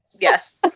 Yes